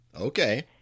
Okay